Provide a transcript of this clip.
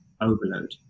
overload